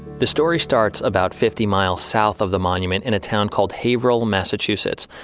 the story starts about fifty miles south of the monument in a town called haverhill, massachusetts.